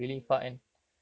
mm